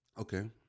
Okay